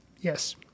Yes